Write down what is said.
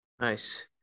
Nice